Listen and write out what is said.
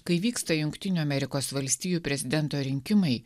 kai vyksta jungtinių amerikos valstijų prezidento rinkimai